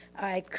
i